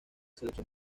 selección